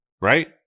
right